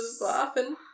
laughing